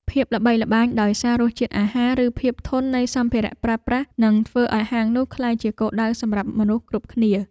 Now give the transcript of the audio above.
ភាពល្បីល្បាញដោយសាររសជាតិអាហារ ឬភាពធន់នៃសម្ភារៈប្រើប្រាស់នឹងធ្វើឱ្យហាងនោះក្លាយជាគោលដៅសម្រាប់មនុស្សគ្រប់គ្នា។